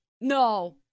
no